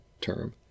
term